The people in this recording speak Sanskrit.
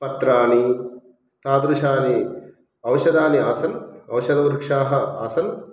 पत्राणि तादृशानि औषधानि आसन् औषधवृक्षाः आसन्